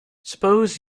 suppose